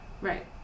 Right